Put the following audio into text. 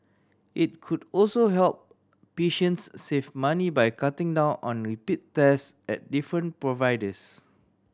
it could also help patients save money by cutting down on repeat tests at different providers